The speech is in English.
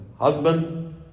Husband